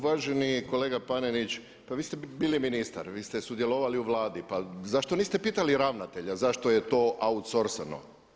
Pa uvaženi kolega Panenić pa vi ste bili ministar, vi ste sudjelovali u Vladi pa zašto niste pitali ravnatelja zašto je to outsourcano?